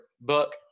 book